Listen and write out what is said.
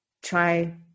try